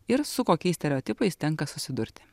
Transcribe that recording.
ir su kokiais stereotipais tenka susidurti